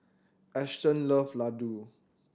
Ashton love Ladoo